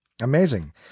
Amazing